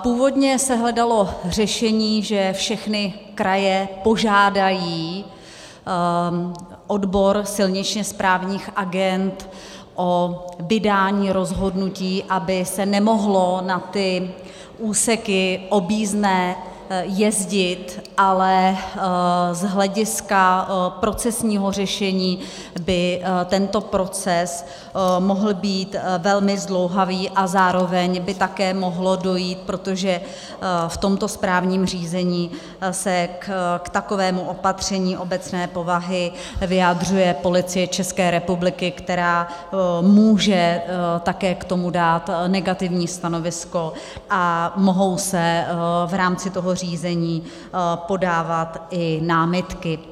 Původně se hledalo řešení, že všechny kraje požádají odbor silničně správních agend o vydání rozhodnutí, aby se nemohlo na ty úseky objízdné jezdit, ale z hlediska procesního řešení by tento proces mohl být velmi zdlouhavý a zároveň by také mohlo dojít, protože v tomto správním řízení se k takovému opatření obecné povahy vyjadřuje Policie České republiky, která může také k tomu dát negativní stanovisko a mohou se v rámci toho řízení podávat i námitky.